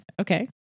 Okay